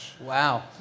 Wow